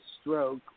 stroke